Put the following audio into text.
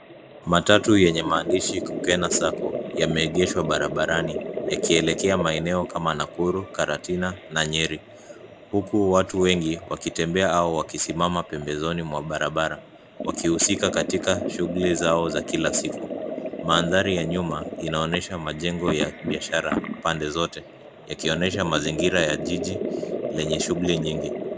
Matatu yenye maandishi Kukena Sacco yameegeshwa barabarani, yakielekea maeneo kama Nakuru, Karatina na Nyeri, huku watu wengi wakitembea au wakisimama pembezoni mwa barabara wakihusika katika shughuli zao za kila siku. Mandhari ya nyuma yanaonyesha majengo ya biashara pande zote, yakionyesha mazingira ya jiji yenye shughuli nyingi.